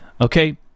Okay